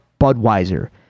Budweiser